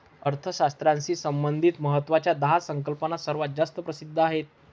अर्थशास्त्राशी संबंधित महत्वाच्या दहा संकल्पना सर्वात जास्त प्रसिद्ध आहेत